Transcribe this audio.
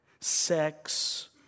sex